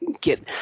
get